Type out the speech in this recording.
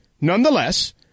nonetheless